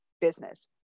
business